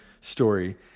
story